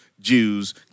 Jews